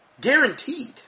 Guaranteed